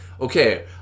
okay